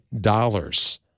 dollars